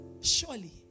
surely